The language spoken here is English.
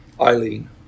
Eileen